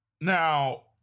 Now